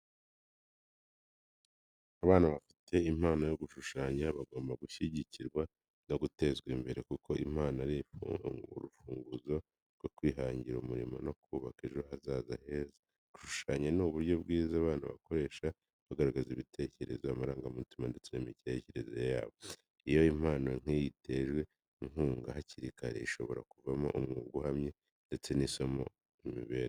Abana bafite impano yo gushushanya bagomba gushyigikirwa no gutezwa imbere, kuko impano ari urufunguzo rwo kwihangira umurimo no kubaka ejo hazaza heza. Gushushanya ni uburyo bwiza abana bakoresha bagaragaza ibitekerezo, amarangamutima ndetse n’imitekerereze yabo. Iyo impano nk’iyi itewe inkunga hakiri kare, ishobora kuvamo umwuga uhamye ndetse n’isoko y’imibereho.